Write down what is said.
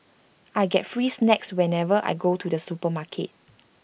I get free snacks whenever I go to the supermarket